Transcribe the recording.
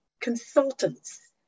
consultants